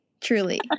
Truly